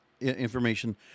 information